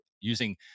using